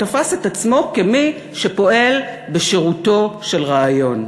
הוא תפס את עצמו כמי שפועל בשירותו של רעיון,